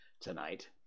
tonight